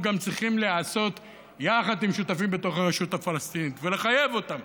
וגם צריכים להיעשות יחד עם שותפים בתוך הרשות הפלסטינית ולחייב אותם